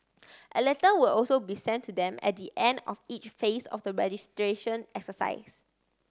a letter will also be sent to them at the end of each phase of the registration exercise